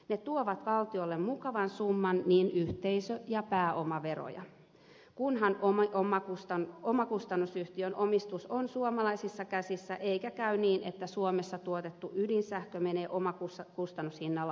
ne tuovat valtiolle mukavan summan niin yhteisö kuin pääomaveroja kunhan omakustannusyhtiön omistus on suomalaisissa käsissä eikä käy niin että suomessa tuotettu ydinsähkö menee omakustannushinnalla ulkomaille